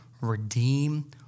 redeem